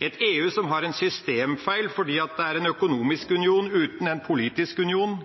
et EU som har en systemfeil fordi det er en økonomisk union – ikke en politisk union.